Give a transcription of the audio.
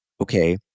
okay